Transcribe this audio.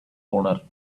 owner